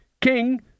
king